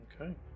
Okay